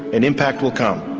an impact will come.